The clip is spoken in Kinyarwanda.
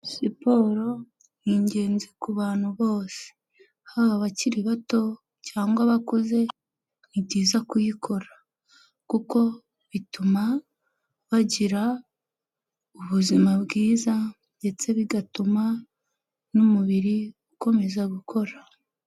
Siporo ni ingenzi ku bantu bose haba abakiri bato cyangwa abakuze ni byiza kuyikora kuko bituma bagira ubuzima bwiza ndetse bigatuma n'umubiri ukomeza gukora.